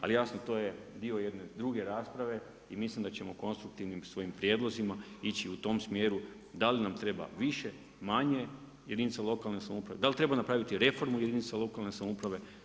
Ali, jasno to je diko jedne druge rasprave i mislim da ćemo konstruktivnim svojim prijedlozima ići u tom smjeru, da li nam treba više, manje, jedinica lokalne samouprave, dal treba napraviti reformu jedinica lokalne samouprave.